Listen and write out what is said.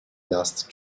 last